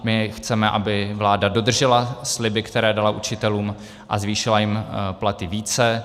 My chceme, aby vláda dodržela sliby, které dala učitelům, a zvýšila jim platy více.